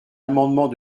amendement